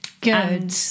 good